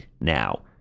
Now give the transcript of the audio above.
now